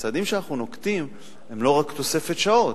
הצעדים שאנחנו נוקטים הם לא רק תוספת שעות.